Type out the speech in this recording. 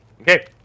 Okay